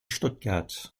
stuttgart